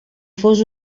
fos